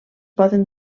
poden